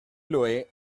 lui